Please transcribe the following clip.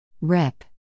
REP